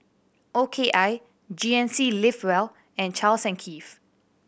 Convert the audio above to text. O K I G N C Live well and Charles and Keith